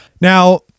Now